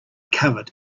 covered